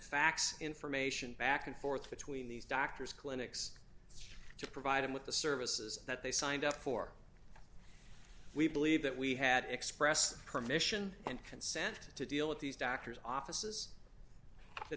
fax information back and forth between these doctors clinics to provide them with the services that they signed up for we believe that we had express permission and consent to deal with these doctors offices that